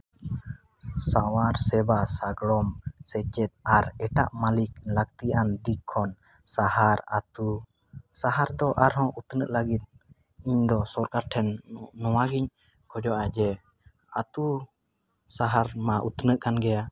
ᱥᱟᱶᱟᱨ ᱥᱮᱵᱟ ᱥᱟᱜᱟᱲᱚᱢ ᱥᱮᱪᱮᱫ ᱟᱨ ᱮᱪᱟᱜ ᱢᱟᱞᱤᱠ ᱞᱟᱹᱠᱛᱤᱣᱟᱱ ᱫᱤᱠ ᱠᱷᱚᱱ ᱥᱟᱦᱟᱨ ᱟᱛᱳ ᱥᱟᱦᱟᱨ ᱫᱚ ᱟᱨᱦᱚᱸ ᱩᱛᱱᱟᱹᱜ ᱞᱟᱹᱜᱤᱫ ᱤᱧ ᱫᱚ ᱥᱚᱨᱠᱟᱨ ᱴᱷᱮᱱ ᱱᱚᱣᱟ ᱜᱮ ᱡᱷᱚᱡᱚᱜᱼᱟ ᱡᱮ ᱟᱛᱳ ᱥᱟᱦᱟᱨ ᱢᱟ ᱩᱛᱱᱟᱹᱜ ᱠᱟᱱ ᱜᱮᱭᱟ